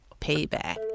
payback